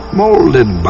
molded